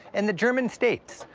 and the german states,